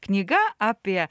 knyga apie